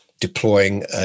deploying